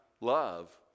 love